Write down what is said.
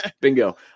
Bingo